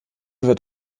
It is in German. wird